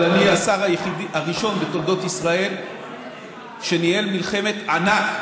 אבל אני השר הראשון בתולדות ישראל שניהל מלחמת ענק,